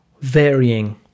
varying